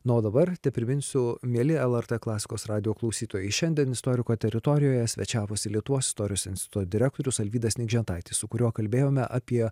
na o dabar tepriminsiu mieli lrt klasikos radijo klausytojai šiandien istoriko teritorijoje svečiavosi lietuvos istorijos instituto direktorius alvydas nikžentaitis su kuriuo kalbėjome apie